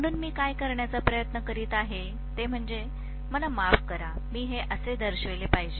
म्हणून मी काय करण्याचा प्रयत्न करीत आहे ते म्हणजे मला माफ करा मला हे असे दर्शविले पाहिजे